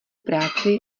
práci